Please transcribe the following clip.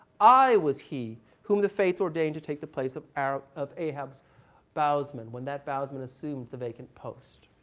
i was he whom the fates ordained to take the place of ah of ahab's bowsman when that bowsman soon to vacant post.